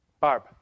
Barb